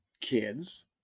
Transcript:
kids